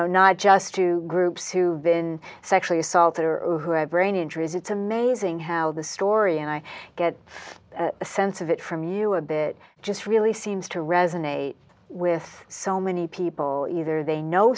know not just two groups who've been sexually assaulted or who have brain injuries it's amazing how the story and i get a sense of it from you a bit just really seems to resonate with so many people either they know